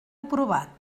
aprovat